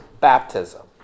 baptism